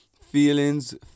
Feelings